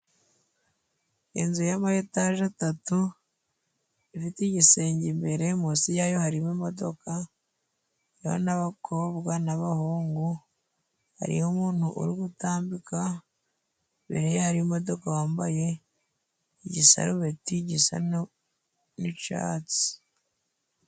Inzu y'ama etaje atatu, ifite igisenge imbere, mu nsi yayo hariyo imodoka, hariyo n'abakobwa n'abahungu hariho umuntu uri gutambika, imbere ye hari imodoka wambaye igisarubeti gisa n'icatsi.